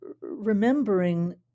remembering